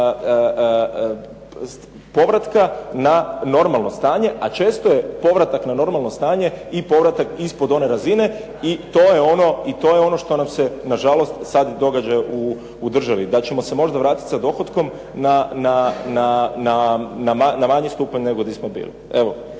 povratka na normalno stanje. A često je povratak na normalno stanje i povratak ispod one razine i to je ono što nam se na žalost sad događa u državi, da ćemo se možda vratiti sa dohotkom na manji stupanj nego di smo bili.